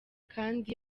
kandi